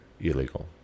illegal